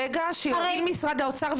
שיקום משרד האוצר,